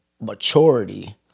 maturity